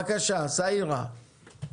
בבקשה, סאאירה.